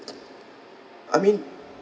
I mean